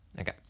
Okay